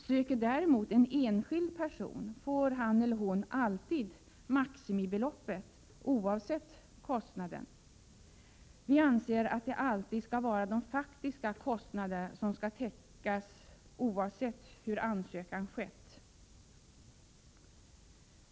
Söker däremot en enskild person får han eller hon alltid maximibeloppet oavsett kostnaden. Vi anser att det alltid skall vara de faktiska kostnaderna som skall täckas, oavsett hur ansökan skett.